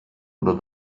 oder